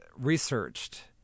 researched